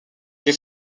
les